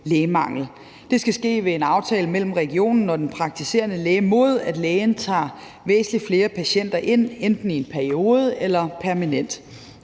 Det skal ske ved en aftale mellem regionen og den praktiserende læge, mod at lægen tager væsentlig flere patienter ind enten i en periode eller permanent.